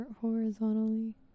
horizontally